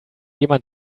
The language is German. jemand